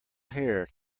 hair